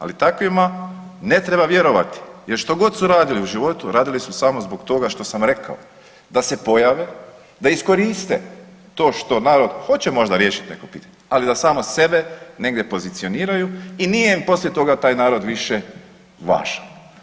Ali takvima ne treba vjerovati, jer što god su radili u životu, radili su samo zbog toga što sam rekao da se pojave da iskoriste to što narod hoće možda riješiti neko pitanje ali da samo sebe negdje pozicioniraju i nije im poslije toga taj narod više važan.